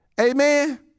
Amen